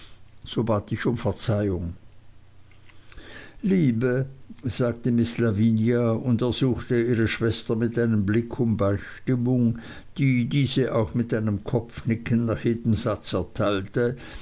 so bat ich um verzeihung liebe sagte miß lavinia und ersuchte ihre schwester mit einem blick um beistimmung die diese auch mit einem kopfnicken nach jedem satz